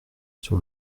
sur